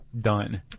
done